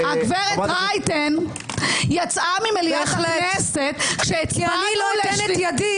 הגברת רייטן יצאה ממליאת הכנסת כ- -- כי לא אתן את ידי